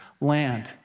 land